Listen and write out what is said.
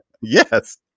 Yes